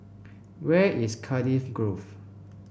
where is Cardiff Grove